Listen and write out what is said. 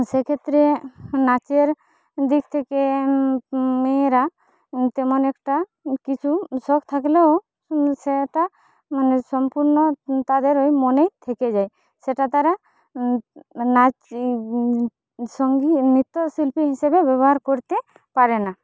সেক্ষেত্রে নাচের দিক থেকে মেয়েরা তেমন একটা কিছু শক থাকলেও সেটা মানে সম্পূর্ণ তাদের ওই মনেই থেকে যায় সেটা তারা নাচ সঙ্গী নৃত্য শিল্পী হিসাবে ব্যবহার করতে পারে না